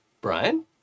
Brian